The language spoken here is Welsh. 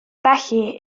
felly